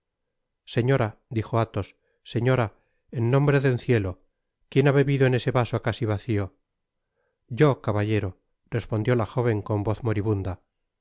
señora dijo athos señora en nombre del cielo quién ha bebido en ese vaso casi vacio yo caballero respondió la jóven con voz moribunda